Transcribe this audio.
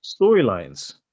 storylines